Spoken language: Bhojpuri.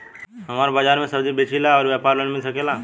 हमर बाजार मे सब्जी बेचिला और व्यापार लोन मिल सकेला?